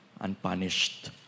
unpunished